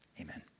amen